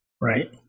Right